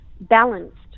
balanced